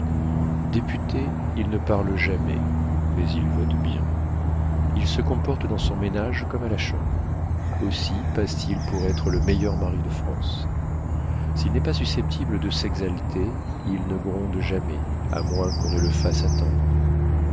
député il ne parle jamais mais il vote bien il se comporte dans son ménage comme à la chambre aussi passe-t-il pour être le meilleur mari de france s'il n'est pas susceptible de s'exalter il ne gronde jamais à moins qu'on ne le fasse attendre